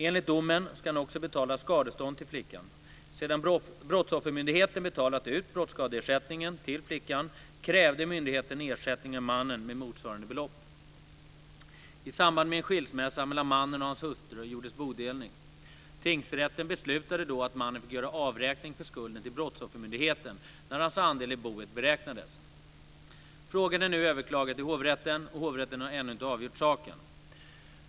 Enligt domen ska han också betala skadestånd till flickan. Sedan Brottsoffermyndigheten betalat ut brottsskadeersättning till flickan krävde myndigheten ersättning av mannen med motsvarande belopp. I samband med en skilsmässa mellan mannen och hans hustru gjordes bodelning. Tingsrätten beslutade då att mannen fick göra avräkning för skulden till Brottsoffermyndigheten när hans andel i boet beräknades. Frågan är nu överklagad till hovrätten, och hovrätten har ännu inte avgjort saken.